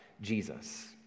Jesus